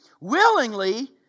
willingly